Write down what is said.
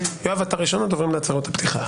יואב, אתה ראשון הדוברים בהצהרות הפתיחה.